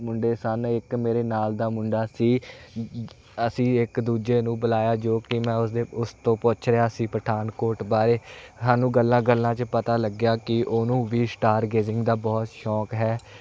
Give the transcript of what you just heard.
ਮੁੰਡੇ ਸਨ ਇੱਕ ਮੇਰੇ ਨਾਲ ਦਾ ਮੁੰਡਾ ਸੀ ਅਸੀਂ ਇੱਕ ਦੂਜੇ ਨੂੰ ਬੁਲਾਇਆ ਜੋ ਕਿ ਮੈਂ ਉਸਦੇ ਉਸ ਤੋਂ ਪੁੱਛ ਰਿਹਾ ਸੀ ਪਠਾਨਕੋਟ ਬਾਰੇ ਸਾਨੂੰ ਗੱਲਾਂ ਗੱਲਾਂ 'ਚ ਪਤਾ ਲੱਗਿਆ ਕਿ ਉਹਨੂੰ ਵੀ ਸਟਾਰਗੇਜਿੰਗ ਦਾ ਬਹੁਤ ਸ਼ੌਕ ਹੈ